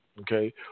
Okay